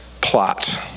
plot